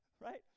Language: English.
right